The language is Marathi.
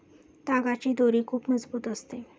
तागाची दोरी खूप मजबूत असते